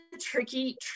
tricky